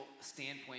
standpoint